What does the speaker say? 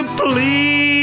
please